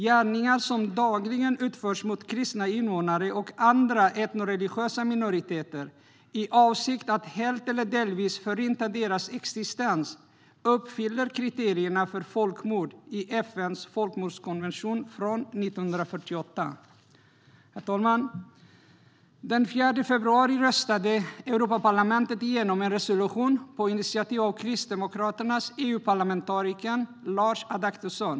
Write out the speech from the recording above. Gärningar som dagligen begås mot kristna invånare och andra etnoreligiösa minoriteter i avsikt att helt eller delvis förinta deras existens uppfyller kriterierna för folkmord i FN:s folkmordskonvention från 1948. Den 4 februari röstade Europaparlamentet igenom en resolution på initiativ av Kristdemokraternas EU-parlamentariker Lars Adaktusson.